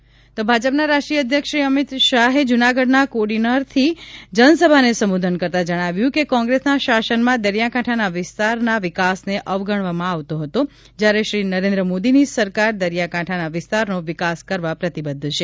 અમીત શાહ ભાજપના રાષ્ટ્રીય અધ્યક્ષ શ્રી અમીત શાહે જૂનાગઢના કોડીનારથી જનસભાને સંબોધન કરતા જણાવ્યું હતું કે કોંગ્રેસના શાસનમાં દરિયાકાંઠાના વિસ્તારના વિકાસને અવગણવામાં આવતો હતો જ્યારે શ્રીનરેન્દ્ર મોદીની સરકાર દરિયાકાંઠાના વિસ્તારનો વિકાસ કરવા પ્રતિબદ્ધ છે